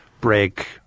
break